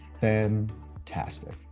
fantastic